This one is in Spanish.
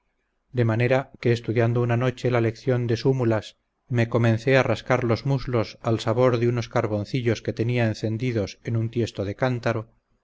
de manera que estudiando una noche la lección de súmulas me comencé a rascar los muslos al sabor de unos carboncillos que tenía encendidos en un tiesto de cántaro